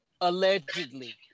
allegedly